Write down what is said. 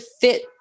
fit